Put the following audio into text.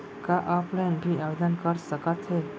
का ऑफलाइन भी आवदेन कर सकत हे?